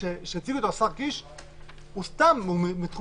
הטיעון של השר קיש הוא בתחום הפסיכולוגיה.